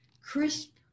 crisp